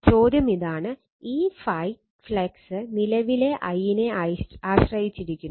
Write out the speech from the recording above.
ചോദ്യം ഇതാണ് ഈ ∅ ഫ്ലക്സ് നിലവിലെ I നെ ആശ്രയിച്ചിരിക്കുന്നു